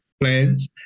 plans